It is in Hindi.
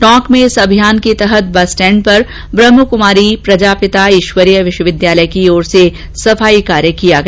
टोंक में इस अभियान के तहत बस स्टैण्ड पर ब्रहमक्मारी ईश्वरीय विश्वविद्यालय की ओर से सफाई कार्य किया गया